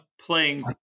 playing